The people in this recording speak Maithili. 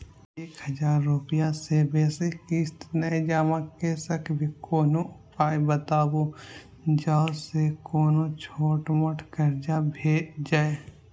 हम एक हजार रूपया से बेसी किस्त नय जमा के सकबे कोनो उपाय बताबु जै से कोनो छोट मोट कर्जा भे जै?